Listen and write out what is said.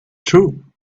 true